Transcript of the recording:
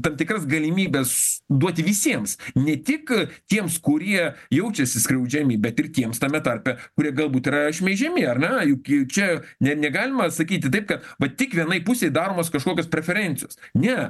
tam tikras galimybes duoti visiems ne tik tiems kurie jaučiasi skriaudžiami bet ir tiems tame tarpe kurie galbūt yra šmeižiami ar ne juk juk čia ne negalima sakyti taip kad va tik vienai pusei daromos kažkokios preferencijos ne